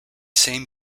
same